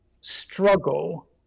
struggle